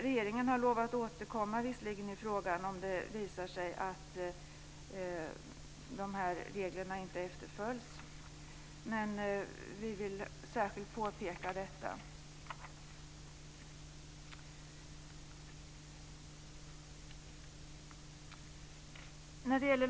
Regeringen har visserligen lovat att återkomma i frågan om det visar sig att reglerna inte efterföljs, men vi vill särskilt peka på detta.